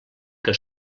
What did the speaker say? que